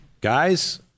guys